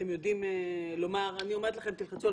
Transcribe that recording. אתם יודעים לומר אני אומרת לכם תלחצו על